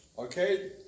Okay